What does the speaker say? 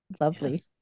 lovely